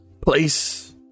place